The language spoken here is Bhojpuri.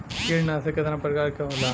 कीटनाशक केतना प्रकार के होला?